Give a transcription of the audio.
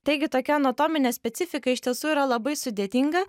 taigi tokia anatominė specifika iš tiesų yra labai sudėtinga